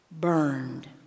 burned